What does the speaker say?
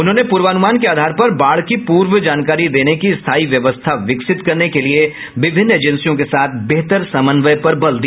उन्होंने पूर्वानुमान के आधार पर बाढ की पूर्व जानकारी देने की स्थायी व्यवस्था विकसित करने के लिए विभिन्न एजेंसियों के साथ बेहतर समन्वय पर बल दिया